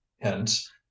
hence